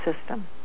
system